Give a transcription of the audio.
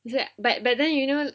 but but then you know